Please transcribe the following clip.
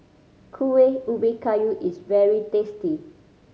Kuih Ubi Kayu is very tasty